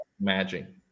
imagine